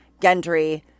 Gendry